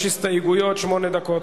ישבנו על החוק הזה עשרות שעות,